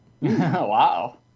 wow